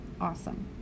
awesome